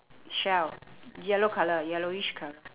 shell yellow colour yellowish colour